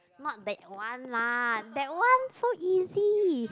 not that one lah that one so easy